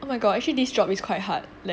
oh my god actually this job is quite hard like